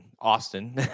Austin